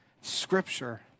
Scripture